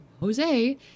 Jose